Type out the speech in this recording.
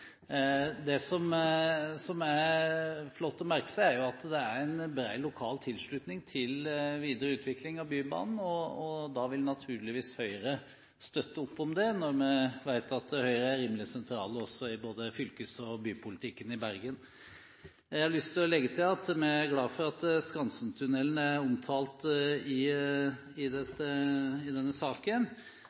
Det som er flott å merke seg, er at det er bred lokal tilslutning til videre utvikling av Bybanen, og Høyre vil naturligvis støtte opp om det når vi vet at Høyre er rimelig sentral i både fylkes- og bypolitikken i Bergen. Jeg har lyst til å legge til at vi er glad for at Skansentunnelen er omtalt i denne saken, men at man naturligvis må komme tilbake til Stortinget med tilstrekkelige avklaringer når saken